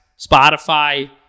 Spotify